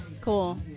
cool